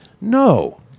No